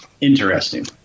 Interesting